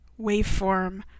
waveform